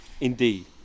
Indeed